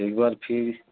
ایک بار پھر